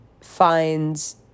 finds